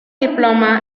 diploma